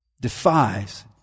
defies